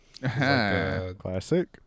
Classic